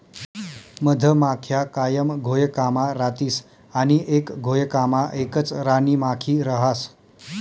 मधमाख्या कायम घोयकामा रातीस आणि एक घोयकामा एकच राणीमाखी रहास